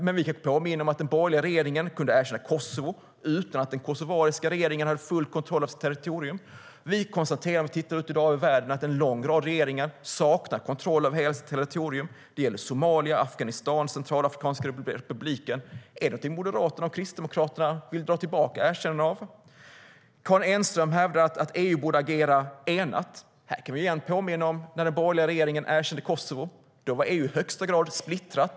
Men vi kan påminna om att den borgerliga regeringen kunde erkänna Kosovo utan att den kosovanska regeringen hade full kontroll över sitt territorium. När vi tittar ut över världen i dag kan vi konstatera att en lång rad regeringar saknar kontroll av sina territorier. Det gäller Somalia, Afghanistan, Centralafrikanska republiken. Är det någonting som Moderaterna och Kristdemokraterna vill dra tillbaka erkännandena av? Karin Enström hävdar att EU borde agera enat. Här kan vi igen påminna om när den borgerliga regeringen erkände Kosovo. Då var EU i högsta grad splittrat.